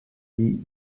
die